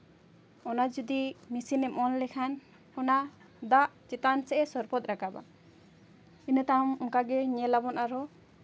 ᱚᱱᱟ ᱡᱩᱫᱤ ᱢᱮᱹᱥᱤᱱᱮᱢ ᱚᱱ ᱞᱮᱠᱷᱟᱱ ᱚᱱᱟ ᱫᱟᱜ ᱪᱮᱛᱟᱱ ᱥᱮᱫ ᱮ ᱥᱟᱯᱚᱨᱴᱛ ᱨᱟᱠᱟᱵᱟ ᱤᱱᱟᱹ ᱛᱟᱭᱱᱚ ᱚᱱᱠᱟᱜᱮ ᱧᱮᱞ ᱟᱵᱚᱱ ᱟᱨᱦᱚᱸ